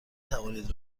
توانید